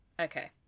Okay